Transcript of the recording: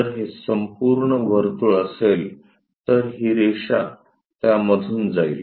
जर हे संपूर्ण वर्तुळ असेल तर ही रेषा त्यामधून जाईल